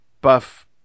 buff